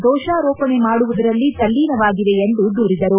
ದೋಷಾರೋಪಣೆ ಮಾಡುವುದರಲ್ಲಿ ತಲ್ಲೀನವಾಗಿವೆ ಎಂದು ದೂರಿದರು